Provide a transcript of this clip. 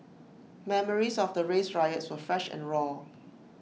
memories of the race riots were fresh and raw